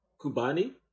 Kubani